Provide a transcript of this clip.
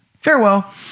Farewell